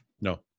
No